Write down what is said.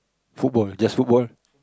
football just football